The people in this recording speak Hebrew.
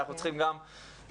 ואנחנו צריכים גם לשמור.